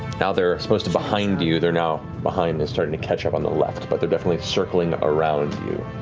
now they're as opposed to behind you, they're now behind, they're starting to catch up on the left but they're definitely circling around you.